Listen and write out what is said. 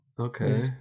Okay